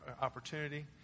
opportunity